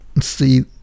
see